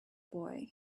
boy